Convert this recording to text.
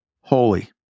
holy